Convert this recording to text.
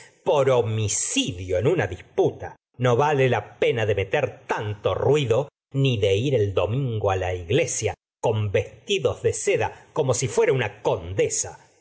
por homicidio en una disputa no vale la pena de meter tanto ruido ni de ir el domingo la iglesia con vestidos de seda como si fuera una condesa